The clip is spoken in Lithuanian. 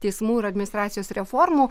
teismų ir administracijos reformų